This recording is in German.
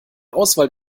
auswahl